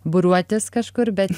būriuotis kažkur bet